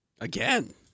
Again